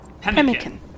Pemmican